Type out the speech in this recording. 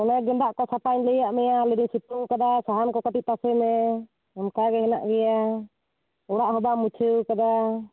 ᱚᱱᱮ ᱜᱮᱫᱟᱜ ᱠᱚ ᱥᱟᱯᱷᱟᱧ ᱞᱟᱹᱭᱟᱫ ᱢᱮᱭᱟ ᱞᱟᱹᱭᱮᱫᱟ ᱥᱤᱛᱩᱝ ᱟᱠᱟᱫᱟᱭ ᱥᱟᱦᱟᱱ ᱠᱚ ᱠᱟᱹᱴᱤᱡ ᱛᱟᱥᱮ ᱢᱮ ᱚᱱᱠᱟ ᱜᱮ ᱦᱮᱱᱟᱜ ᱜᱮᱭᱟ ᱚᱲᱟᱜ ᱦᱚᱸ ᱵᱟᱢ ᱢᱩᱪᱷᱟᱹᱣ ᱟᱠᱟᱫᱟ